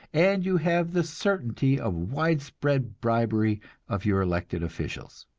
and you have the certainty of widespread bribery of your elected officials.